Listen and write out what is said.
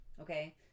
okay